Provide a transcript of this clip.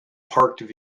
parked